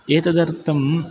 एतदर्थं